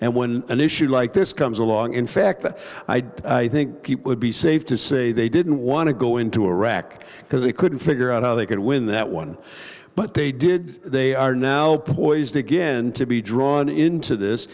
and when an issue like this comes along in fact that i don't think people would be safe to say they didn't want to go into iraq because they couldn't figure out how they could win that one but they did they are now poised again to be drawn into this